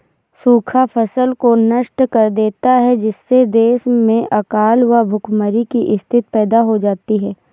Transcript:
सूखा फसल को नष्ट कर देता है जिससे देश में अकाल व भूखमरी की स्थिति पैदा हो जाती है